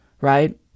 right